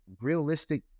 realistic